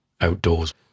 outdoors